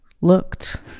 looked